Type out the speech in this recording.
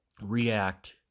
react